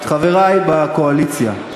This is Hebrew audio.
חברי בקואליציה,